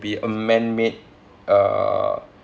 be a man made err